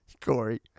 Corey